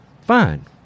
Fine